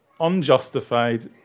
unjustified